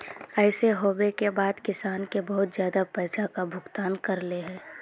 ऐसे होबे के बाद किसान के बहुत ज्यादा पैसा का भुगतान करले है?